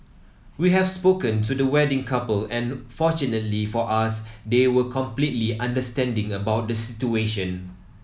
we have spoken to the wedding couple and fortunately for us they were completely understanding about the situation